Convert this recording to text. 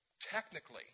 Technically